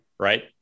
Right